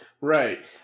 Right